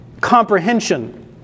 comprehension